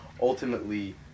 ultimately